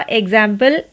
example